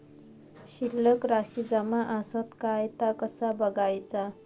शिल्लक राशी जमा आसत काय ता कसा बगायचा?